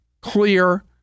clear